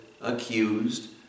accused